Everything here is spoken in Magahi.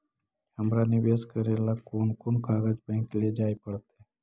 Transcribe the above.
हमरा निवेश करे ल कोन कोन कागज बैक लेजाइ पड़तै?